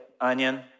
onion